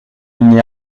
n’y